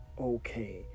okay